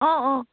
অঁ